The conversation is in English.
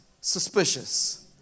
suspicious